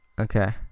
Okay